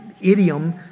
idiom